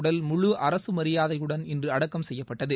உடல் முழு அரசு மரியாதையுடன் இன்று அடக்கம் செய்யப்பட்டது